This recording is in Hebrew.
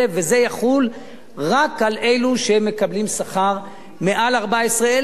וזה יחול רק על אלה שמקבלים שכר מעל 14,000,